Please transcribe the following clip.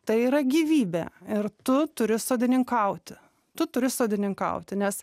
tai yra gyvybė ir tu turi sodininkauti tu turi sodininkauti nes